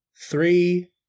three